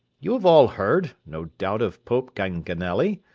you have all heard, no doubt of pope ganganelli,